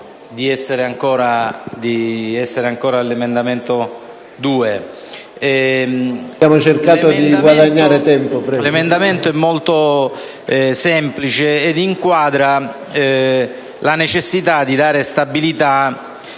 l'emendamento 4.201 è molto semplice e inquadra la necessità di dare stabilità